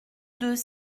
deux